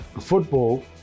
Football